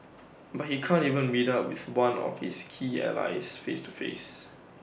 but he can't even meet up with one of his key allies face to face